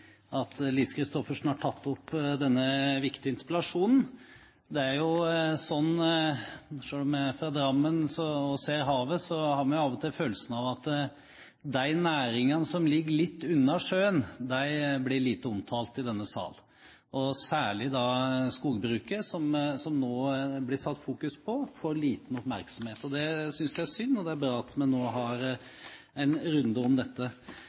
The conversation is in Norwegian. fra Drammen og ser havet, at vi av og til har følelsen av at de næringene som ligger litt unna sjøen, blir lite omtalt i denne sal. Særlig skogbruket, som det nå blir satt fokus på, får liten oppmerksomhet. Det synes jeg er synd, og det er bra at vi nå har en runde om dette.